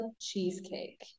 cheesecake